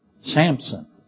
Samson